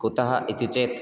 कुतः इति चेत्